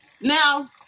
now